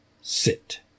sit